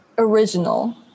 Original